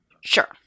Sure